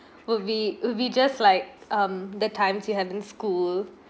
would be would be just like um the times you have in school